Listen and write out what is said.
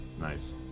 Nice